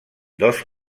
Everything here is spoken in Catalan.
dos